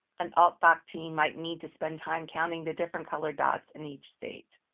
an ah ah team might need to spend time counting the different colored dots in each state.